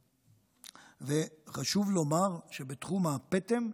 חשוב לומר שבתחום הפטם,